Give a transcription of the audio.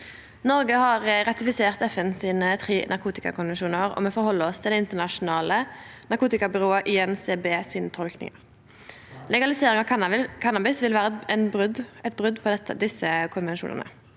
Noreg har ratifisert FNs tre narkotikakonvensjonar, og me forheld oss til tolkingane til det internasjonale narkotikabyrået INCB. Legalisering av cannabis vil vere eit brot på desse konvensjonane.